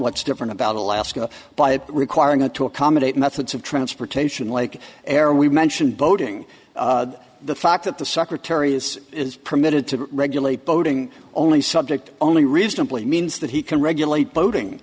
what's different about alaska by requiring a to accommodate methods of transportation like air we mentioned boating the fact that the secretary is permitted to regulate boating only subject only reasonably means that he can regulate boating